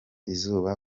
izuba